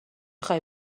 خوای